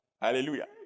Hallelujah